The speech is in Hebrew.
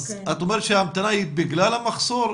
את אומרת שההמתנה היא בגלל המחסור?